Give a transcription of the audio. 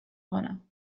کنم